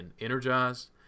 energized